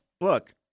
look